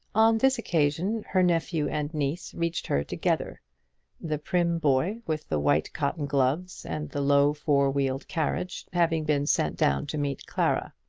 on this occasion her nephew and niece reached her together the prim boy, with the white cotton gloves and the low four-wheeled carriage, having been sent down to meet clara.